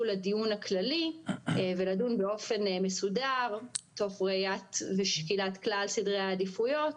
לדיון הכללי ולדון באופן מסודר תוך ראיית ושקילת כל סדרי העדיפויות